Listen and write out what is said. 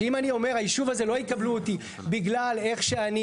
שאם אני אומר הישוב הזה לא יקבלו אותי בגלל שאיך שאני,